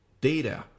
data